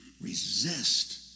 Resist